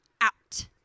out